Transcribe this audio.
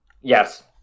Yes